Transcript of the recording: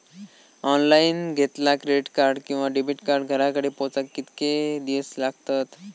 Online घेतला credit card किंवा debit card घराकडे पोचाक कितके दिस लागतत?